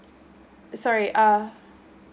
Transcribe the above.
sorry err